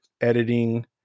editing